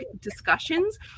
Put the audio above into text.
discussions